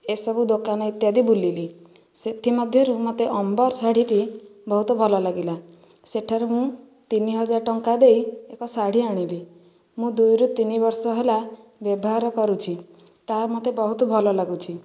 ଏସବୁ ଦୋକାନ ଇତ୍ୟାଦି ବୁଲିଲି ସେଥିମଧ୍ୟରୁ ମୋତେ ଅମ୍ବର ଶାଢୀଟି ବହୁତ ଭଲ ଲାଗିଲା ସେଠାରୁ ମୁଁ ତିନି ହଜାର ଟଙ୍କା ଦେଇ ଏକ ଶାଢୀ ଆଣିଲି ମୁଁ ଦୁଇରୁ ତିନି ବର୍ଷ ହେଲା ବ୍ୟବହାର କରୁଛି ତାହା ମୋତେ ବହୁତ ଭଲ ଲାଗୁଛି